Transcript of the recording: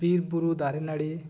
ᱵᱤᱨ ᱵᱩᱨᱩ ᱫᱟᱨᱮ ᱱᱟᱹᱲᱤ